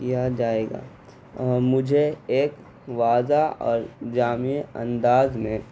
کیا جائے گا مجھے ایک واضح اور جامع انداز میں